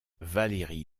valérie